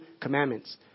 commandments